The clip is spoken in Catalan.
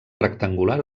rectangular